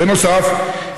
בנוסף,